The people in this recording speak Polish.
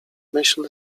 myśl